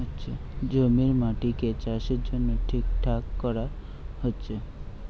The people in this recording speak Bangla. জমির মাটিকে চাষের জন্যে ঠিকঠাক কোরা হচ্ছে